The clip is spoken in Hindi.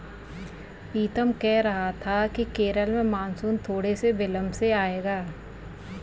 पीतम कह रहा था कि केरल में मॉनसून थोड़े से विलंब से आएगा